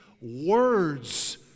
words